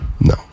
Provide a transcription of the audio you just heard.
No